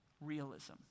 realism